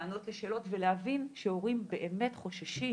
לענות לשאלות ולהבין שהורים באמת חוששים,